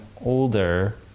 older